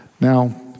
Now